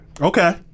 Okay